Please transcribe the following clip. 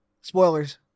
Spoilers